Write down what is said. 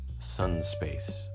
Sunspace